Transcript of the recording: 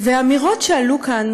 האמירות שעלו כאן